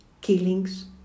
killings